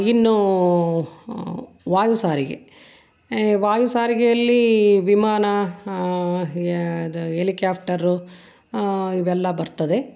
ಇನ್ನೂ ವಾಯು ಸಾರಿಗೆ ವಾಯು ಸಾರಿಗೆಯಲ್ಲೀ ವಿಮಾನ ಯಾವ್ದು ಎಲಿಕ್ಯಾಫ್ಟರು ಇವೆಲ್ಲ ಬರ್ತದೆ